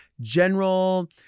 general